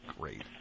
great